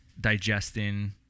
digesting